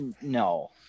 No